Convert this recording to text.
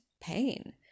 pain